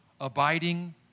abiding